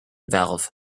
valve